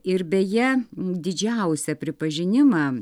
ir beje didžiausią pripažinimą